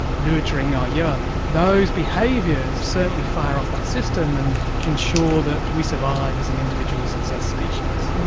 nurturing our young those behaviours certainly fire off that system and ensure that we survive as and individuals and as as species.